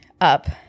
up